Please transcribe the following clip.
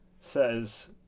says